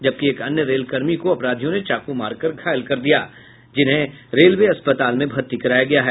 जबकि एक अन्य रेलकर्मी को अपराधियों ने चाकू मारकर घायल कर दिया है जिन्हें रेलवे अस्पताल में भर्ती कराया गया है